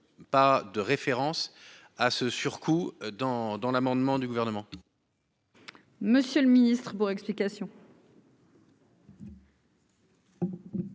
pas de référence à ce surcoût dans dans l'amendement du gouvernement.